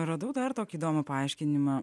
radau dar tokį įdomų paaiškinimą